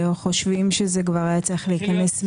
חושבים שזה כבר היה צריך להיכנס מזמן.